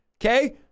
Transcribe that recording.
Okay